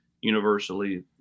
universally